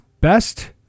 best